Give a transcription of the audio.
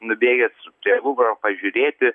nubėgęs prie luvro pažiūrėti